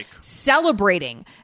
celebrating